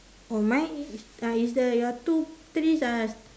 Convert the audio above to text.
oh mine is is is uh the your two trees uh